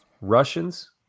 Russians